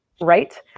right